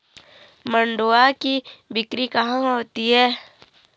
मंडुआ की बिक्री कहाँ होती है?